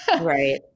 Right